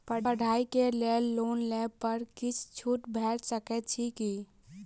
पढ़ाई केँ लेल लोन लेबऽ पर किछ छुट भैट सकैत अछि की?